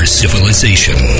civilization